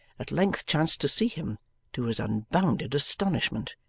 at length chanced to see him to his unbounded astonishment.